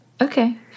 Okay